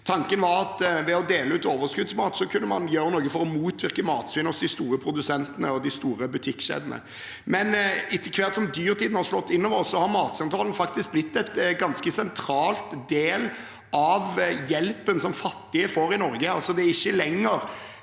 Tanken var at ved å dele ut overskuddsmat kunne man gjøre noe for å motvirke matsvinn hos de store produsentene og de store butikkjedene. Men etter hvert som dyrtiden har slått inn over oss, har Matsentralen faktisk blitt en ganske sentral del av hjelpen som fattige får i Norge.